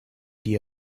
die